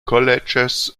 colleges